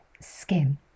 skin